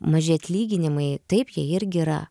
maži atlyginimai taip jie irgi yra